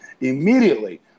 immediately